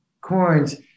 coins